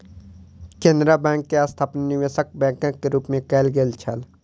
Canara bank के स्थापना निवेशक बैंकक रूप मे कयल गेल छल